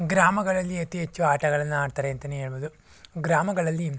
ಗ್ರಾಮಗಳಲ್ಲಿ ಅತಿ ಹೆಚ್ಚು ಆಟಗಳನ್ನು ಆಡ್ತಾರೆ ಅಂತಲೇ ಹೇಳ್ಬೋದು ಗ್ರಾಮಗಳಲ್ಲಿ